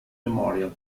memorial